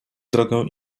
drogę